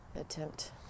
attempt